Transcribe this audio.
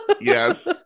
yes